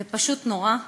זה פשוט נורא.